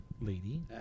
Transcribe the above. lady